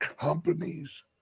companies